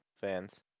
fans